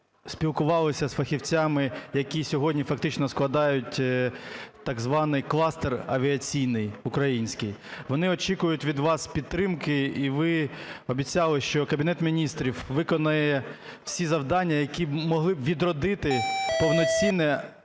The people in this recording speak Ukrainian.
спілкувалися з фахівцями, які сьогодні фактично складають так званий кластер авіаційний український. Вони очікують від вас підтримки, і ви обіцяли, що Кабінет Міністрів виконає всі завдання, які б могли відродити повноцінне